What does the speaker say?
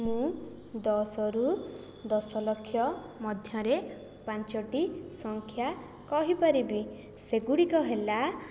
ମୁଁ ଦଶରୁ ଦଶ ଲକ୍ଷ ମଧ୍ୟରେ ପାଞ୍ଚଟି ସଂଖ୍ୟା କହିପାରିବି ସେଗୁଡ଼ିକ ହେଲା